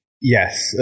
Yes